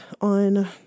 on